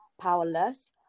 powerless